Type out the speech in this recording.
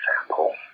example